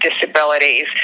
disabilities